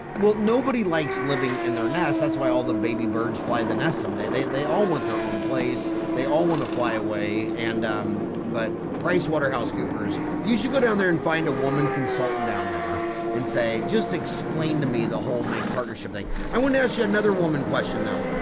well nobody likes living in their nest that's why all the baby birds fly the nest someday they they all want their own place they all want to fly away and but pricewaterhousecoopers you should go down there and find a woman consultant down there and say just explain to me the whole make partnership thing. i wouldn't ask yet another woman question though.